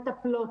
כולל המטפלות,